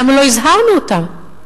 למה לא הזהרנו אותם?